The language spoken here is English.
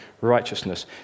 righteousness